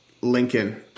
lincoln